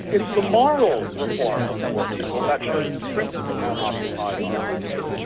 it's the moral reform of poor people that should principally occupy our attention.